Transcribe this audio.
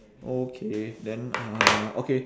okay then uh okay